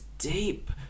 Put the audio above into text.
deep